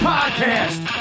Podcast